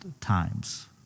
times